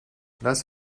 lass